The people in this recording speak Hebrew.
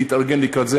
להתארגן לקראת זה,